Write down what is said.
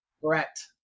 Correct